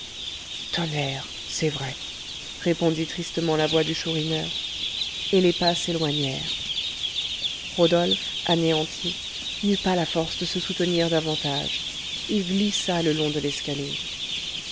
tonnerre c'est vrai répondit tristement la voix du chourineur et les pas s'éloignèrent rodolphe anéanti n'eut pas la force de se soutenir davantage il glissa le long de l'escalier